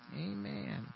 Amen